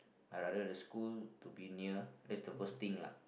I rather the school to be near that's the first thing lah